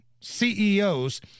CEOs